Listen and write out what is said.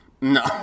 No